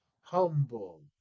humble